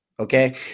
Okay